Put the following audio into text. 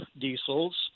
diesels